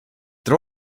dra